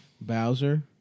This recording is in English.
Bowser